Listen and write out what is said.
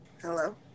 Hello